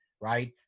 right